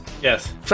Yes